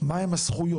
מה הן הזכויות,